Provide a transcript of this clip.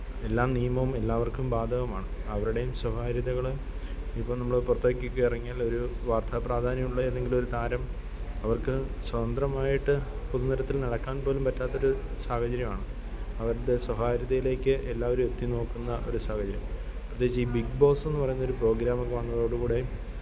എല്ലാ നിയമോം എല്ലാവര്ക്കും ബാധകമാണ് അവരുടെയും സ്വകാര്യതകൾ ഇപ്പം നമ്മൾ പുറത്തേക്കൊക്കെ ഇറങ്ങിയാലൊരു വാര്ത്താ പ്രാധാന്യമുള്ള ഏതെങ്കിലുവൊരു താരം അവര്ക്ക് സ്വതന്ത്രമായിട്ട് പൊതു നിരത്തില് നടക്കാന് പോലും പറ്റാത്തൊരു സാഹചര്യമാണ് അവരുടെ സ്വകാര്യതയിലേക്ക് എല്ലാവരും എത്തി നോക്കുന്ന ഒരു സാഹചര്യം പ്രത്യേകിച്ചീ ബിഗ് ബോസെന്ന് പറയുന്നൊരു പ്രോഗ്രാമക്കെ വന്നതോടു കൂടി